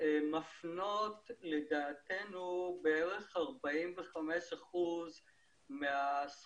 קופות החולים מפנות בפועל בערך 45% מהסכום